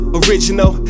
original